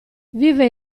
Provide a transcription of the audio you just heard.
vive